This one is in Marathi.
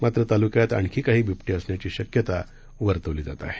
मात्रतालुक्यातआणखीकाहीबिबटेअसण्याचीशक्यतावर्तवलीजातआहे